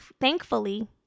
thankfully